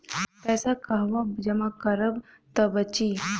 पैसा कहवा जमा करब त बची?